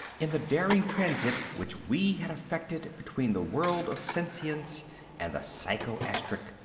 in the daring transit which we had effected between the world of sentience and the psycho-astric,